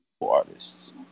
artists